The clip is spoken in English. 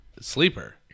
Sleeper